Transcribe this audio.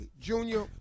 Junior